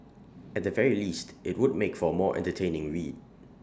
at the very least IT would make for more entertaining read